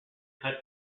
cut